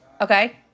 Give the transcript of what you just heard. Okay